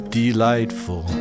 delightful